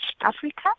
Africa